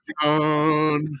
John